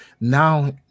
Now